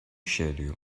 schedule